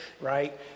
right